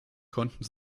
konnten